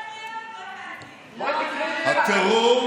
המליאה.) תתבייש.